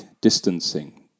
distancing